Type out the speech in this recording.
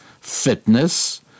fitness